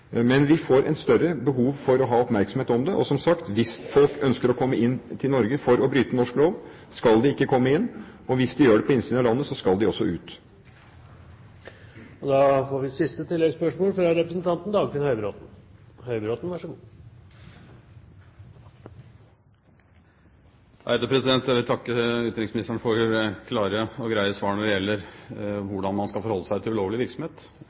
men vi får et større behov for å ha oppmerksomhet på det. Og som sagt, hvis folk ønsker å komme inn i Norge for å bryte norsk lov, skal de ikke komme inn, og hvis de gjør det etter at de kommer til landet, skal de også ut. Dagfinn Høybråten – til siste oppfølgingsspørsmål. Jeg vil takke utenriksministeren for klare og greie svar på hvordan man skal forholde seg til ulovlig virksomhet.